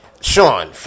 Sean